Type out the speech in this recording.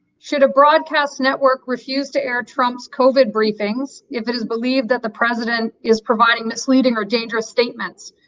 should a broadcast network refuse to air trump's covid briefings if it is believed that the president is providing misleading or dangerous statements?